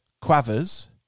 Quavers